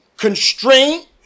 Constraint